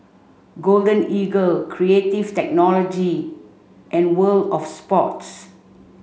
Golden Eagle Creative Technology and World Of Sports